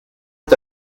est